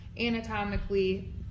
anatomically